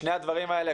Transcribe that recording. שני הדברים האלה,